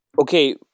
Okay